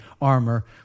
Armor